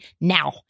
now